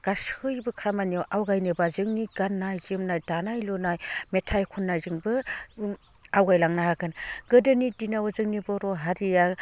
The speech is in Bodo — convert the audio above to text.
गासैबो खामानियाव आवगायनोब्ला जोंनि गाननाय जोमनाय दानाय लुनाय मेथाइ खननायजोंबो आवगायलांनो हागोन गोदोनि दिनाव जोंनि बर' हारिया